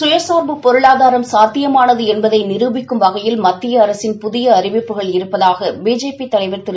தற்சார்பு பொருளாதாரம் சாத்தியமானது என்பதை நிரூபிக்கும் வகையில் மத்திய அரசின் புதிய அறிவிப்புகள் இருப்பதாக பிஜேபி தலைவர் திரு